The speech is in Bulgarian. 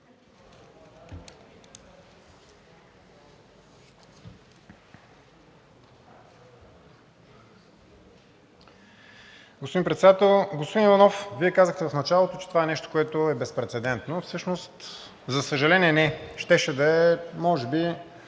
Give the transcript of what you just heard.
Господин Председател! Господин Иванов, Вие казахте в началото, че това е нещо, което е безпрецедентно. Всъщност, за съжаление, не е. Щеше да е може би